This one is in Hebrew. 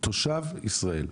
תושב ישראל.